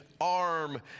arm